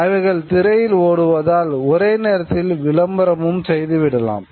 அவைகள் திரையில் ஓடுவதால் ஒரே நேரத்தில் விளம்பரமும் செய்து விடலாம்